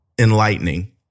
enlightening